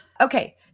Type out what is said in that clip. Okay